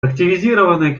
активизированной